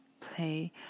play